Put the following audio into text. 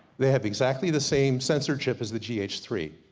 they have exactly the same sensor chip as the g h three,